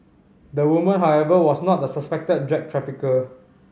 the woman however was not the suspected drug trafficker